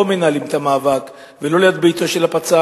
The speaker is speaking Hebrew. פה מנהלים את המאבק ולא ליד ביתו של הפצ"ר,